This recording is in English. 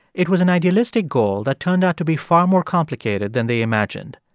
it was an idealistic goal that turned out to be far more complicated than they imagined.